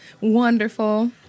Wonderful